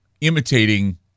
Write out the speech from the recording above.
imitating